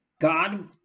God